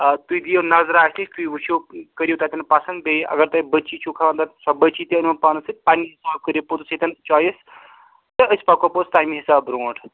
آ تُہۍ دِیو نظرا اَتہِ تُہۍ وُچھُو کٔرِو تَتٮ۪ن پسنٛد بیٚیہِ اگر تۄہہِ بٔچی چھُو خانٛدر سۄ بٔچی تہِ أنۍہوٗن پانَس سۭتۍ پنٕنہِ حِساب کٔرِو پوٚتُس ییٚتٮ۪ن چۄایِس تہٕ أسۍ پکو پتہٕ تَمی حِساب برٛونٛٹھ